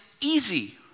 easy